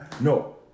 No